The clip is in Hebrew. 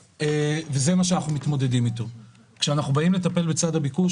כשאנחנו באים לטפל בצד הביקוש,